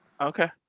Okay